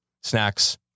snacks